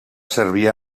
servir